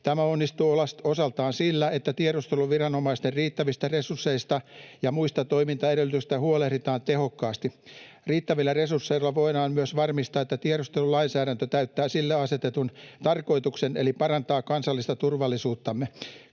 Tämä onnistuu osaltaan sillä, että tiedusteluviranomaisten riittävistä resursseista ja muista toimintaedellytyksistä huolehditaan tehokkaasti. Riittävillä resursseilla voidaan myös varmistaa, että tiedustelulainsäädäntö täyttää sille asetetun tarkoituksen eli parantaa kansallista turvallisuuttamme.